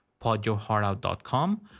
podyourheartout.com